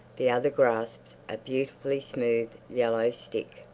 the other grasped a beautifully smooth yellow stick.